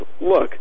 Look